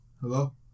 Hello